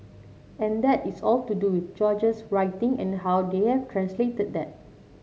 and that is all to do with George's writing and how they have translated that